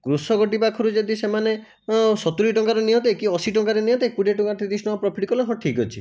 କୃଷକଟି ପାଖରୁ ଯଦି ସେମାନେ ସତୁରି ଟଙ୍କାରେ ନିଅନ୍ତେ କି ଅଶୀ ଟଙ୍କାରେ ନିଅନ୍ତେ କୋଡ଼ିଏ ଟଙ୍କା ତିରିଶ ଟଙ୍କା ପ୍ରୋଫିଟ୍ କଲେ ହଁ ଠିକ୍ ଅଛି